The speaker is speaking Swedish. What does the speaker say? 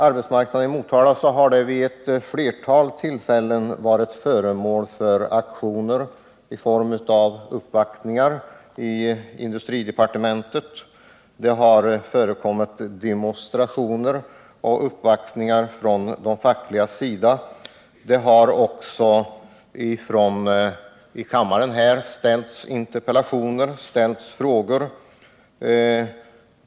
Arbetsmarknaden i Motala har vid flera tillfällen varit föremål för aktioner i form av uppvaktningar i industridepartementet. Det har förekommit demonstrationer och uppvaktningar från de fackliga organisationernas sida. Det har också här i kammaren ställts interpellationer och frågor.